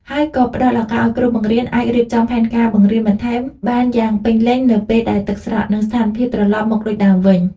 ហើយក៏ផ្តល់ឱកាសឱ្យគ្រូបង្រៀនអាចរៀបចំផែនការបង្រៀនបន្ថែមបានយ៉ាងពេញលេញនៅពេលដែលទឹកស្រក និងស្ថានភាពត្រឡប់មកដូចដើមវិញ។